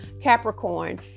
capricorn